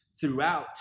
throughout